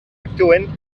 actuen